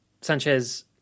sanchez